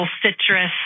citrus